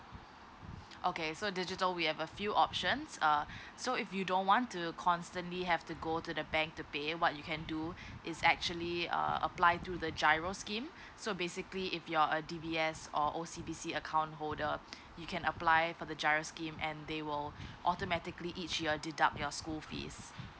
okay so digital we have a few options err so if you don't want to constantly have to go to the bank to pay what you can do is actually err apply to the GIRO scheme so basically if you're a D_B_S or O_C_B_C account holder you can apply for the GIRO scheme and they will automatically each year deduct your school fees